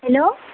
hello